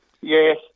Yes